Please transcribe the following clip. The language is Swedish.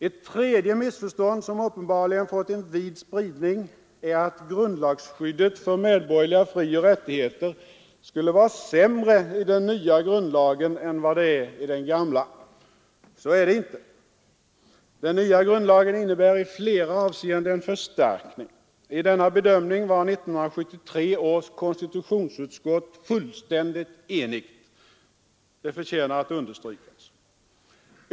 Ett tredje missförstånd som uppenbarligen har fått en vid spridning är att grundlagsskyddet för medborgerliga frioch rättigheter skulle vara sämre i den nya grundlagen än vad det är i den gamla. Så är det inte. Den nya grundlagen innebär i flera avseenden en förstärkning. I denna bedömning var 1973 års konstitutionsutskott fullständigt enigt — det förtjänar att understrykas.